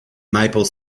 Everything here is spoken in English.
maple